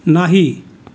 नाही